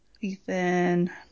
Ethan